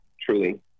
truly